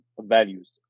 values